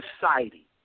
society